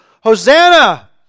Hosanna